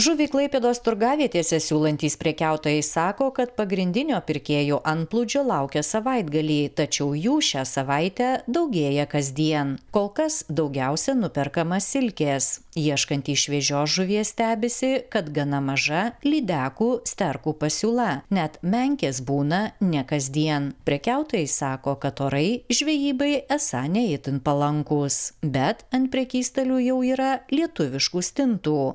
žuvį klaipėdos turgavietėse siūlantys prekiautojai sako kad pagrindinio pirkėjų antplūdžio laukia savaitgalį tačiau jų šią savaitę daugėja kasdien kol kas daugiausia nuperkama silkės ieškantys šviežios žuvies stebisi kad gana maža lydekų sterkų pasiūla net menkės būna ne kasdien prekiautojai sako kad orai žvejybai esą ne itin palankūs bet ant prekystalių jau yra lietuviškų stintų